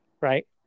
Right